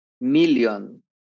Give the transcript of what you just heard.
million